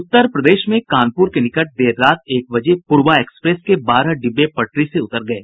उत्तर प्रदेश में कानपुर के निकट देर रात एक बजे पूर्वा एक्सप्रेस के बारह डिब्बे पटरी से उतर गये